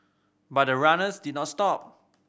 but the runners did not stop